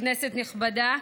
כנסת נכבדה,